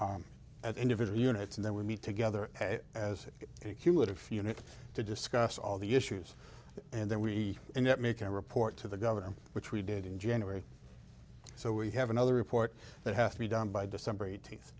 meet at individual units and then we meet together as a cumulative for unit to discuss all the issues and then we end up making a report to the governor which we did in january so we have another report that has to be done by december eighteenth